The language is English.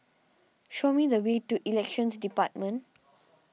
show me the way to Elections Department